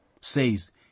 says